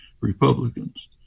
Republicans